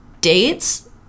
dates